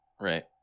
right